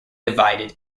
divided